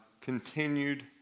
continued